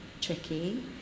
tricky